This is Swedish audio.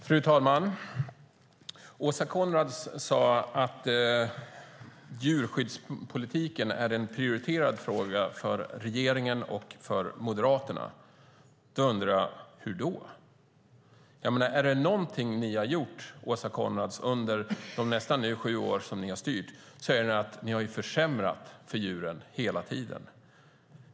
Fru talman! Åsa Coenraads sade att djurskyddspolitiken är en prioriterad fråga för regeringen och för Moderaterna. Då undrar jag: Hur då? Är det någonting som ni har gjort, Åsa Coenraads, under de nu nästan sju år som ni har styrt är det att ni har försämrat för djuren hela tiden.